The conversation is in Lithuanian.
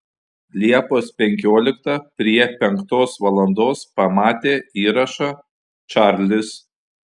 liepos penkioliktą prie penktos valandos pamatė įrašą čarlis